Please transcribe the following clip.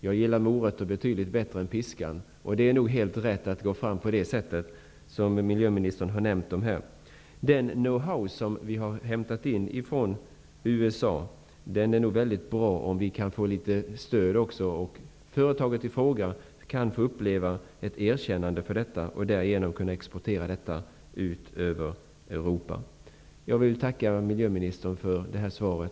Jag gillar morötter betydligt bättre än piskan, och det är nog helt rätt att gå fram på det sätt som miljöministern här har nämnt. Det vore mycket bra om det företag som har hämtat in know-how från USA kunde få litet av stöd och erkännande, så att det kan exportera den vidare ut i Europa. Jag vill tacka miljöministern för svaret.